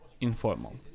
informal